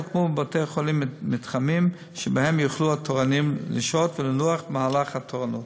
הוקמו בבתי-חולים מתחמים שבהם יוכלו התורנים לשהות ולנוח במהלך התורנות.